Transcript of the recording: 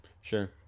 Sure